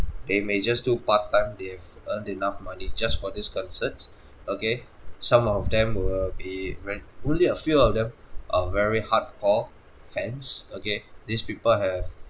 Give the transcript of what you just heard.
they may just do part time they've earned enough money just for this concerts okay some of them will be right only a few of them are very hardcore fans okay these people have